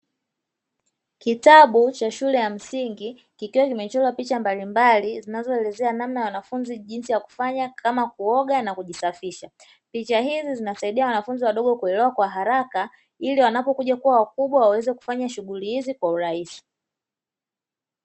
Kitabu cha shule ya msingi kikiwa kimechorwa picha mbalimbali zinazoelezea namna wanafunzi jinsi ya kufanya kama kuoga na kujisafisha. Picha hizi zinasadia wanafunzi wadogo kuelewa kwa haraka ili wanapokuja kuwa wakubwa waweze kufanya shughuli hizi kwa urahisi.